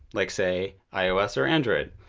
like say ios or android.